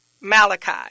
Malachi